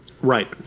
Right